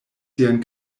sian